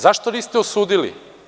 Zašto niste osudili?